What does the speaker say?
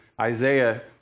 Isaiah